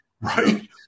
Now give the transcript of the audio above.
Right